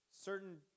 Certain